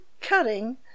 cutting